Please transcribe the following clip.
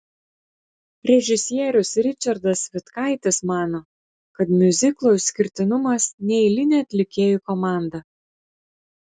režisierius ričardas vitkaitis mano kad miuziklo išskirtinumas neeilinė atlikėjų komanda